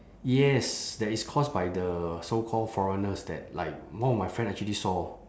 yes that is caused by the so called foreigners that like one of my friend actually saw